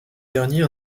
dernier